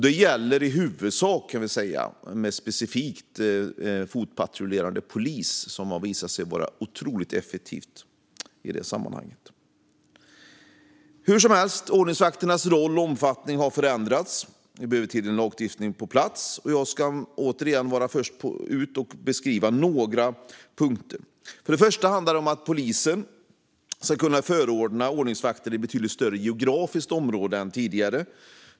Det här gäller specifikt fotpatrullerande polis, som har visat sig vara otroligt effektivt. Hur som helst: Ordningsvakternas roll och omfattning har alltså förändrats, och vi behöver få en lagstiftning på plats. Jag är återigen först ut och ska beskriva några punkter. För det första handlar det om att polisen ska kunna förordna ordningsvakter i ett betydligt större geografiskt område än tidigare.